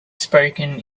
spoken